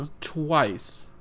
twice